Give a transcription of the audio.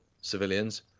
civilians